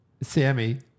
Sammy